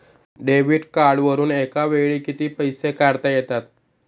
Debit कार्डवरुन एका वेळी किती पैसे काढता येतात?